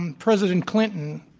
and president clinton,